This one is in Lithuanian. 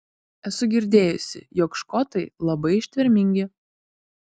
esu girdėjusi jog škotai labai ištvermingi